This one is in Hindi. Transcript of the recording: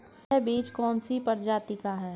यह बीज कौन सी प्रजाति का है?